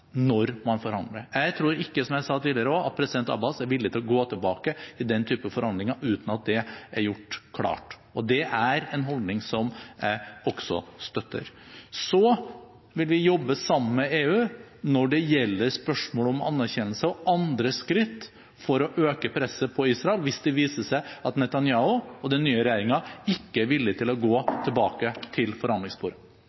når man forhandler. Jeg tror ikke, som jeg også sa tidligere, at president Abbas er villig til å gå tilbake til den type forhandlinger uten at det er gjort klart, og det er en holdning som jeg også støtter. Så vil vi jobbe sammen med EU når det gjelder spørsmålet om anerkjennelse – og andre skritt – for å øke presset på Israel, hvis det viser seg at Netanyahu og den nye regjeringen ikke er villig til å gå tilbake til